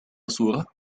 صورة